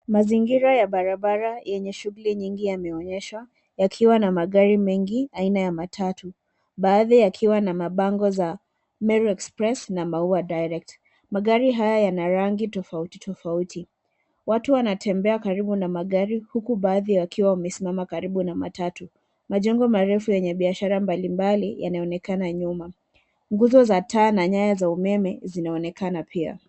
Mazingira ya barabara yenye shughuli nyingi yameonyeshwa yakiwa na magari mengi aina ya matatu baadhi yakiwa na mabango ya Meru Express na Maua Direct. Magari haya yana rangi tofauti tofauti. Watu wanatembea karibu na magari huku baadhi wakiwa wamesimama karibu na matatu. Majengo marefu yenye biashara mbalimbali yanaonekana nyuma. Nguzo za taa na nyaya za umeme zinaonekana pia.